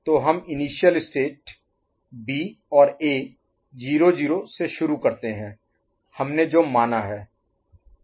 तो हम initial state B और A 0 0 से शुरू करते हैं हमने जो माना है